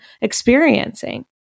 experiencing